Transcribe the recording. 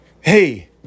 hey